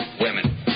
women